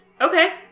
Okay